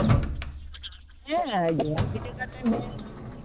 ᱦᱮᱸ ᱦᱮᱸ ᱡᱚᱢ ᱵᱤᱰᱟᱹᱣ ᱠᱟᱛᱮᱫ ᱧᱮᱞ ᱠᱟᱱᱟ